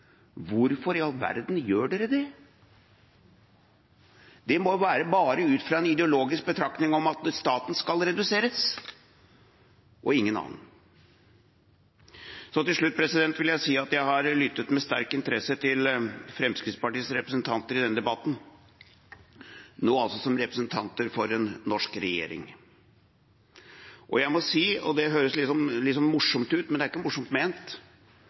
Det må være bare ut fra en ideologisk betraktning om at staten skal reduseres, og ingen annen. Til slutt vil jeg si at jeg har lyttet med stor interesse til Fremskrittspartiets representanter i denne debatten, nå altså som representanter for en norsk regjering. Og jeg må si – og det høres liksom morsomt ut, men det er ikke morsomt ment